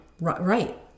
Right